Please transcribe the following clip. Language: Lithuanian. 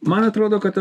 man atrodo kad